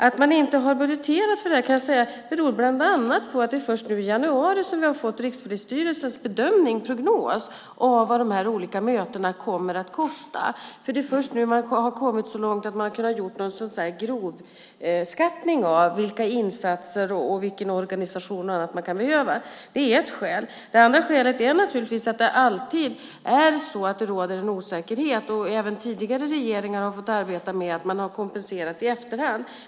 Att man inte har budgeterat för detta beror bland annat på att det är först nu i januari vi har fått Rikspolisstyrelsens prognos för hur mycket de olika mötena kommer att kosta. Det är först nu man har kommit så långt att man kan göra en grovskattning av vilka insatser och vilken organisation som kan behövas. Det är ett skäl. Ett annat skäl är naturligtvis att det alltid råder osäkerhet. Även tidigare regeringar har fått arbeta med att man har kompenserat i efterhand.